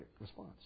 response